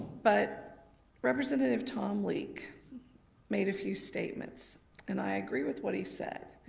but representative tom leek made a few statements and i agree with what he said.